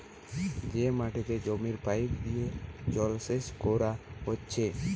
যে মাটিতে জমির পাইপ দিয়ে জলসেচ কোরা হচ্ছে